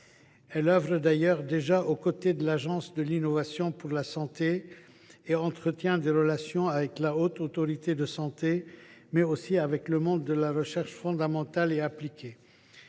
œuvre d’ailleurs déjà aux côtés de l’Agence de l’innovation en santé et entretient des relations avec la Haute Autorité de santé (HAS), mais aussi avec le monde de la recherche fondamentale et appliquée.